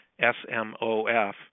S-M-O-F